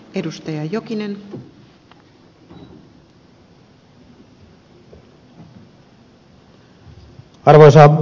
arvoisa rouva puhemies